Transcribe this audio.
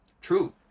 True